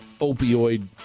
opioid